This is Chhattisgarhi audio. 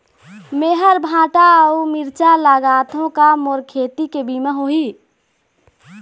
मेहर भांटा अऊ मिरचा लगाथो का मोर खेती के बीमा होही?